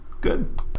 Good